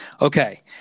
Okay